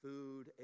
Food